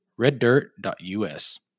reddirt.us